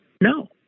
No